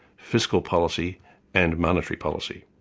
fiscal policy and monetary policy.